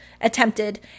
attempted